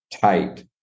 tight